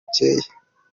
bucyeye